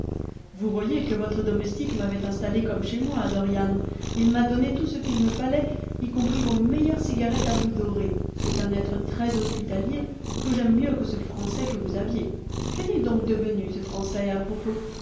vous voyez que votre domestique m'avait installé comme chez moi dorian il m'a donné tout ce qu'il me fallait y compris vos meilleures cigarettes à bout doré c'est un être très hospitalier que j'aime mieux que ce français que vous aviez qu'est-il donc devenu ce français à propos